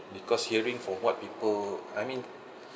because hearing from what people I mean